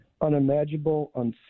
unimaginable